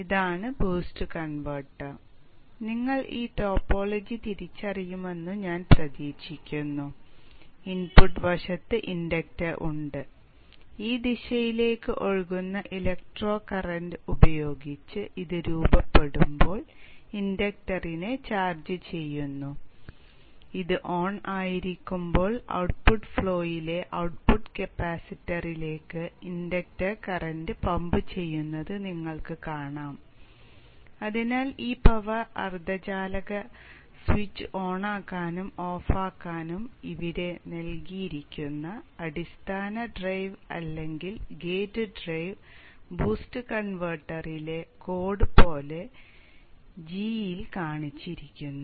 ഇതാണ് boost converter നിങ്ങൾ ഈ ടോപ്പോളജി തിരിച്ചറിയുമെന്ന് ഞാൻ പ്രതീക്ഷിക്കുന്നു ഇൻപുട്ട് വശത്ത് ഇൻഡക്ടർ ഉണ്ട് ഈ ദിശയിലേക്ക് ഒഴുകുന്ന ഇലക്ട്രോ കറന്റ് ഉപയോഗിച്ച് ഇത് കോഡ് പോലെ g യിൽ കാണിച്ചിരിക്കുന്നു